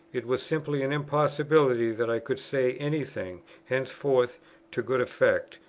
it was simply an impossibility that i could say any thing henceforth to good effect,